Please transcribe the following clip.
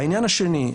העניין השני,